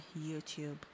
youtube